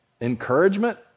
encouragement